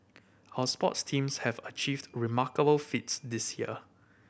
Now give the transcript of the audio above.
our sports teams have achieved remarkable feats this year